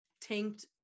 tanked